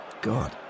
God